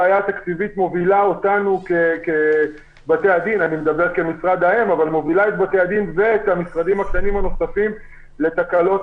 הבעיה התקציבית מובילה את בתי-הדין ואת המשרדים הנוספים הקטנים לתקלות